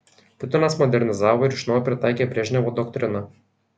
putinas modernizavo ir iš naujo pritaikė brežnevo doktriną